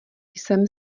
jsem